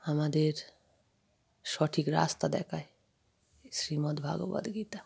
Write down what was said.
আমাদের সঠিক রাস্তা দেখায় শ্রীমদ ভগবত গীতা